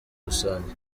rusange